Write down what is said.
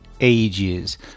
ages